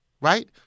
Right